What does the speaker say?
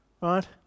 Right